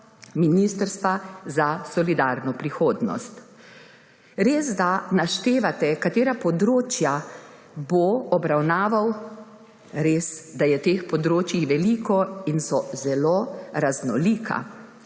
Ministrstva za solidarno prihodnost. Resda naštevate, katera področja bo obravnaval, resda je teh področij veliko in so zelo raznolika